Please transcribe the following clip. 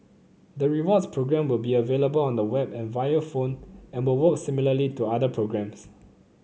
the rewards program will be available on the web and via phone and will work similarly to other programs